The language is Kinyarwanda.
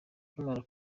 nkimara